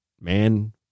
man